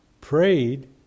prayed